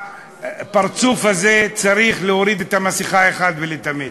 ומהפרצוף הזה צריך להוריד את המסכה אחת ולתמיד.